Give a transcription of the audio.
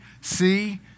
see